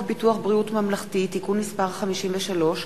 ביטוח בריאות ממלכתי (תיקון מס' 53),